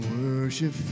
worship